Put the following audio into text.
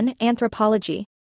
Anthropology